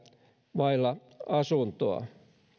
vailla asuntoa